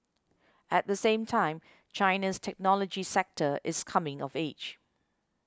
at the same time China's technology sector is coming of age